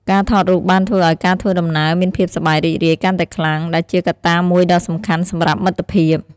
ការថតរូបបានធ្វើឱ្យការធ្វើដំណើរមានភាពសប្បាយរីករាយកាន់តែខ្លាំង ដែលជាកត្តាមួយដ៏សំខាន់សម្រាប់មិត្តភាព។